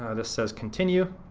ah this says continue.